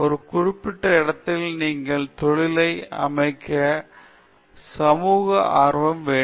ஒரு குறிப்பிட்ட இடத்தில் தங்கள் தொழிலை அமைக்க சமூக தாக்கத்தை பாருக்க வேண்டும்